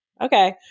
Okay